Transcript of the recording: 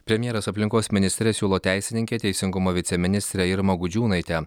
premjeras aplinkos ministerijai siūlo teisininke teisingumo viceministrę irmą gudžiūnaitę